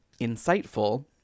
insightful